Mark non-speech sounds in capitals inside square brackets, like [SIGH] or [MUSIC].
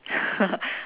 [LAUGHS]